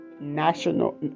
national